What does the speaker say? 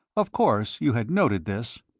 of course, you had noted this?